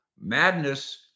Madness